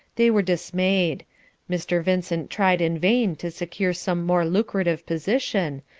they were dismayed mr. vincent tried in vain to secure some more lucrative position,